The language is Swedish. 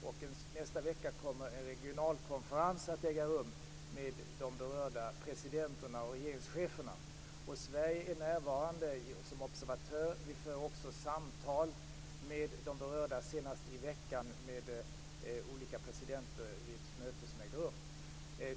Nästa vecka kommer en regional konferens att äga rum med de berörda presidenterna och regeringscheferna. Sverige är då närvarande som observatör. Vi för också samtal med de berörDa, nu senast i veckan med olika presidenter vid ett möte som ägde rum.